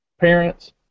parents